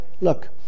Look